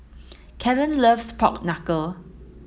Kellan loves pork knuckle